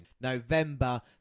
November